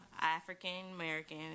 African-American